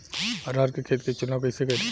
अरहर के खेत के चुनाव कईसे करी?